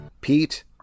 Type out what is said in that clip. pete